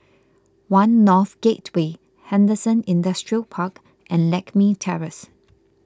one North Gateway Henderson Industrial Park and Lakme Terrace